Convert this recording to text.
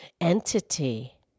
entity